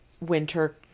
winter